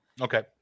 Okay